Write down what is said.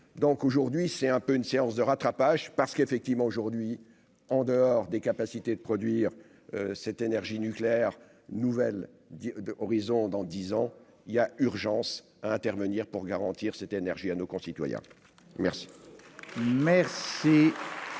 donc aujourd'hui c'est un peu une séance de rattrapage, parce qu'effectivement, aujourd'hui, en dehors des capacités de produire cette énergie nucléaire Nouvel horizon dans 10 ans il y a urgence à intervenir pour garantir cette énergie à nos concitoyens, merci.